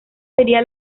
sería